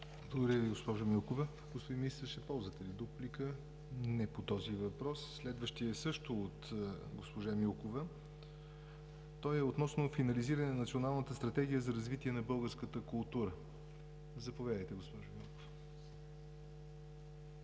Благодаря Ви, госпожо Милкова. Господин Министър, ще ползвате ли дуплика? Не по този въпрос. Следващият е също от госпожа Милкова и той е относно финализиране на Националната стратегия за развитие на българската култура. Заповядайте, госпожо Милкова.